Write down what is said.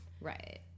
Right